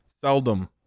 seldom